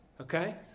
okay